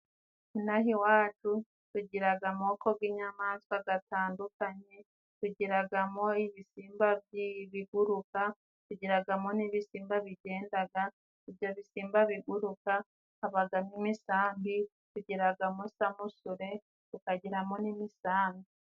Ino aha iwacu tugiraga amoko g'inyamaswa gatandukanye tugiragamo :ibisimba by'ibiguruka, tugiragamo n'ibisimba bigendaga ,ibyo bisimba biguruka habagamo imisambi ,tugiragamo samusure, tukagiramo n'imisambi.